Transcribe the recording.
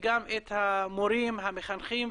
וגם את המורים המחנכים,